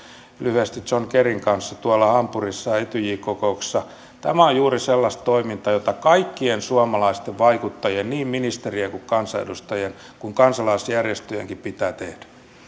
lyhyesti myös john kerryn kanssa tuolla hampurissa etyj kokouksessa tämä on juuri sellaista toimintaa jota kaikkien suomalaisten vaikuttajien niin ministerien kansanedustajien kuin kansalaisjärjestöjenkin pitää tehdä